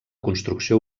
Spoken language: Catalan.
construcció